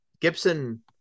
Gibson